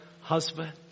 husband